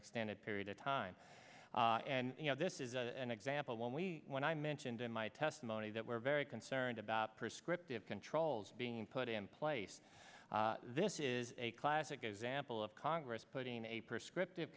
extended period of time and you know this is an example when we when i mentioned in my testimony that we're very concerned about per script of controls being put in place this is a classic example of congress putting a prescript